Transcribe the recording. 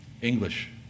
English